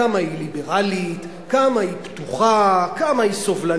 כמה היא ליברלית, כמה היא פתוחה, כמה היא סובלנית.